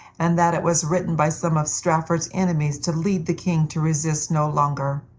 and that it was written by some of strafford's enemies to lead the king to resist no longer.